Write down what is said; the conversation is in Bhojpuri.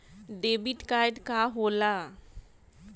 डेबिट कार्ड का होला?